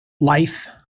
life